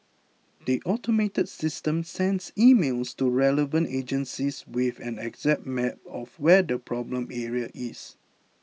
the automated system sends emails to relevant agencies with an exact map of where the problem area is